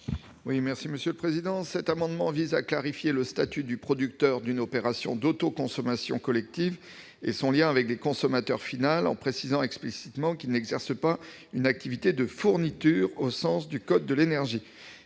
est à M. Ronan Dantec. Cet amendement vise à clarifier le statut du producteur d'une opération d'autoconsommation collective et son lien avec les consommateurs finals, en précisant explicitement qu'il n'exerce pas une activité de fourniture au sens du code de l'énergie.